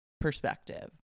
perspective